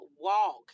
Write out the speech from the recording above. walk